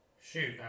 shoot